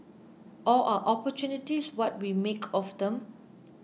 or are opportunities what we make of them